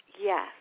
Yes